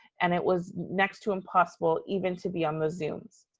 and it was next to impossible even to be on the zooms.